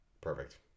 Perfect